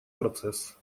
процесс